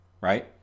right